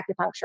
acupuncture